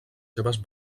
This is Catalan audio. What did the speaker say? seves